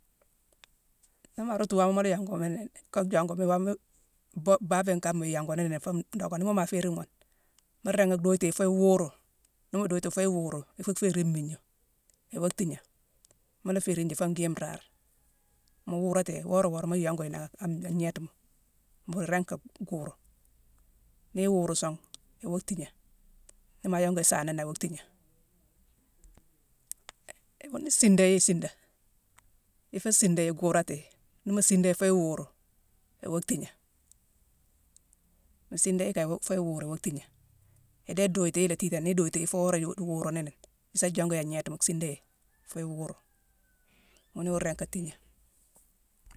Nii ma rootu waama mu la yongumi ni ka yongu waama bo-baabiyone kama iyongu nini foo ndockani. Nii moo ma féérine ghune, mu ringi dhuyiti foo iwuuru. Nii mu duyiti foo iwuuru, ifuu féérine mmiigna, iwoo thiigné. Mu la féérine ji foo ngwii nraare. Mu wuurati yi, wora wora muu yongu yi nangha an-an gnéétima, mbuuru iringi ka guuru. Nii iwuuru song, iwa thiigné. Nii maa yongu yi saana né, iwa thiigné. Wune isiida yi siida. Ifu siida yi, guurati yi. Ni mu siida yi, foo iwuuru, iwa thiigné. Mu siida yi kan, foo iwuuru, iwa thiigné. Idéé, iduyiti yi la tiitane, ni iduyiti foo woré-yo-iwuuru nini, isa jongu yi an gnéétima, siida yi foo iwuuru. Ghune iwa ringi ka tiigné